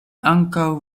ankaŭ